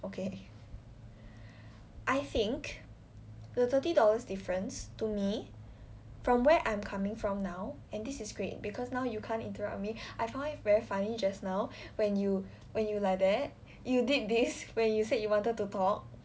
okay I think the thirty dollars difference to me from where I'm coming from now and this is great because now you can't interrupt me I found it very funny just now when you when you like that you did this when you said you wanted to talk